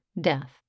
death